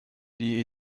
die